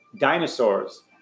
dinosaurs